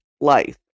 life